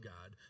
God